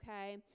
okay